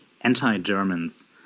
anti-Germans